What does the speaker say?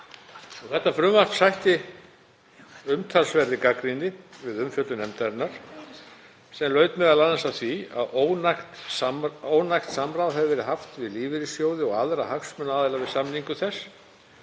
Frumvarpið sætti umtalsverðri gagnrýni við umfjöllun nefndarinnar sem laut m.a. að því að ónægt samráð hefði verið haft við lífeyrissjóði og aðra hagsmunaaðila við samningu þess,